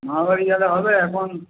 মামাবাড়ি গেলে হবে এখন